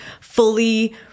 fully